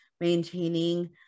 maintaining